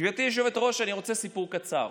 גברתי היושבת-ראש, אני רוצה סיפור קצר,